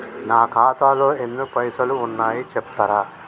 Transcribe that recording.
నా ఖాతాలో ఎన్ని పైసలు ఉన్నాయి చెప్తరా?